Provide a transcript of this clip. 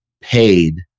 paid